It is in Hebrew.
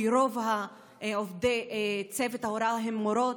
כי רוב עובדי צוות ההוראה הן מורות,